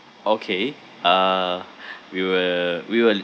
okay uh we will we will